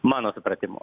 mano supratimu